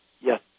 Yes